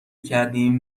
کردیم